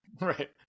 Right